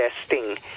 testing